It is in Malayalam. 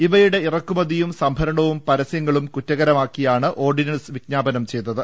ഇവയുടെ ഇറക്കുമതിയും സംഭരണവും പരസ്യങ്ങളും കുറ്റകരമാക്കിയാണ് ഓർഡിനൻസ് വിജ്ഞാപനം ചെയ്തത്